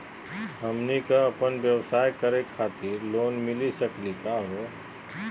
हमनी क अपन व्यवसाय करै खातिर लोन मिली सकली का हो?